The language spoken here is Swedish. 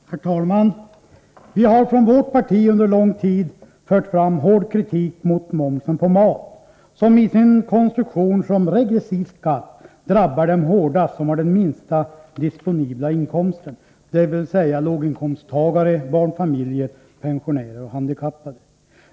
Herr talman! Vi har från vårt parti under lång tid fört fram hård kritik mot . momsen på mat, som i sin konstruktion som regressiv skatt drabbar dem hårdast som har den minsta disponibla inkomsten, dvs. låginkomsttagare, barnfamiljer, pensionärer och handikappade.